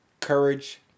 courage